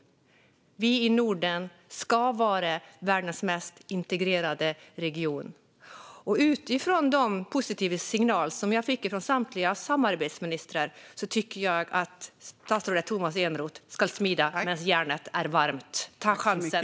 Vi i Norden ska vara världens mest integrerade region. Utifrån de positiva signaler som jag fick från samtliga samarbetsministrar tycker jag att statsrådet Tomas Eneroth ska smida medan järnet är varmt. Ta chansen!